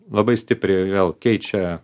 labai stipriai vėl keičia